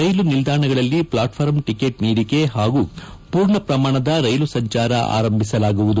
ರೈಲು ನಿಲ್ದಾಣಗಳಲ್ಲಿ platform ticket ನೀಡಿಕೆ ಹಾಗೂ ಪೂರ್ಣಪ್ರಮಾಣದ ರೈಲು ಸಂಚಾರ ಆರಂಭಿಸಲಾಗುವುದು